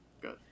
good